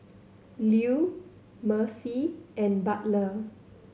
Lew Mercy and Butler